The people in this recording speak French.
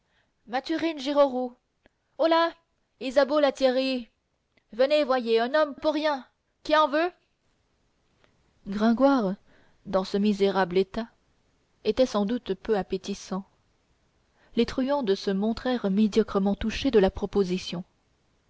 girorou holà isabeau la thierrye venez et voyez un homme pour rien qui en veut gringoire dans ce misérable état était sans doute peu appétissant les truandes se montrèrent médiocrement touchées de la proposition